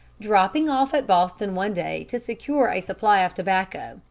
dropping off at boston one day to secure a supply of tobacco,